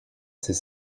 c’est